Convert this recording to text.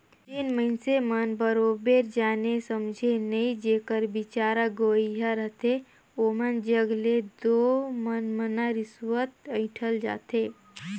जेन मइनसे मन बरोबेर जाने समुझे नई जेकर बिचारा गंवइहां रहथे ओमन जग ले दो मनमना रिस्वत अंइठल जाथे